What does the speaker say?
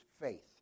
faith